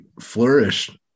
flourished